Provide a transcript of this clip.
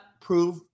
prove